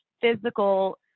physical